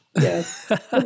yes